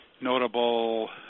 Notable